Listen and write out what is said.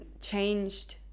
changed